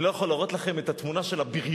אני לא יכול להראות לכם את התמונה של הבריון,